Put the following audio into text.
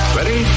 Ready